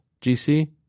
GC